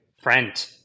friend